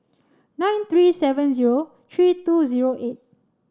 nine three seven zero three two zero eight